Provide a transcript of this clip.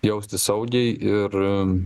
jaustis saugiai ir